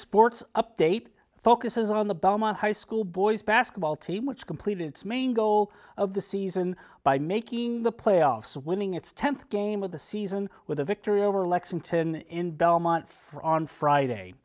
sports update focuses on the belmont high school boys basketball team which completed its main goal of the season by making the playoffs winning its tenth game of the season with a victory over lexington in belmont for on friday